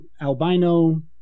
albino